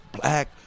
black